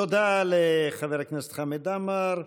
תודה לחבר הכנסת חמד עמאר.